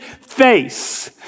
face